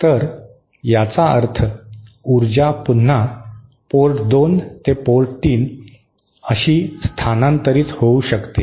तर याचा अर्थ ऊर्जा पुन्हा पोर्ट 2 ते पोर्ट 3 अशी स्थानांतरित होऊ शकते